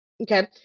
Okay